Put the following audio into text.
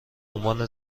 عنوان